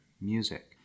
music